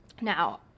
Now